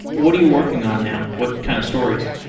what are you working on now? what kind of stories?